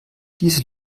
diese